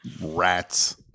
rats